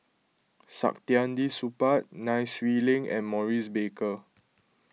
Saktiandi Supaat Nai Swee Leng and Maurice Baker